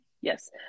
yes